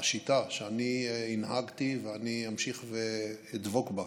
השיטה שאני הנהגתי, ואני אמשיך ואדבק בה,